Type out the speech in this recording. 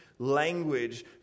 language